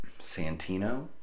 Santino